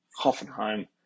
Hoffenheim